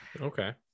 Okay